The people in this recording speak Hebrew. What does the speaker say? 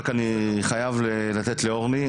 אני חייב לתת לאורני לדבר.